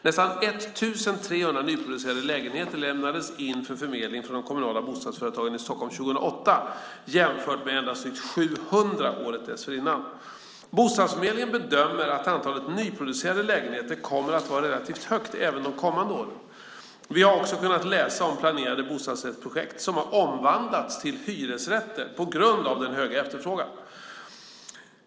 Nästan 1 300 nyproducerade lägenheter lämnades in för förmedling från de kommunala bostadsföretagen i Stockholm 2008 jämfört med endast drygt 700 året dessförinnan. Bostadsförmedlingen bedömer att antalet nyproducerade lägenheter kommer att vara relativt högt även de kommande åren. Vi har också kunnat läsa om planerade bostadsrättsprojekt som har omvandlats till hyresrätter på grund av den höga efterfrågan.